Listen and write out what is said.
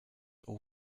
all